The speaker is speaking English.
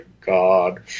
God